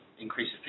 increase